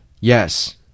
Yes